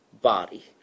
body